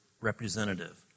representative